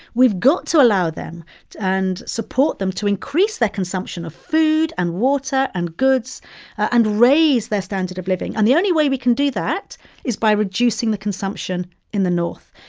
we've got to allow them and support them to increase their consumption of food and water and goods and raise their standard of living. and the only way we can do that is by reducing the consumption in the north.